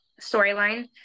storyline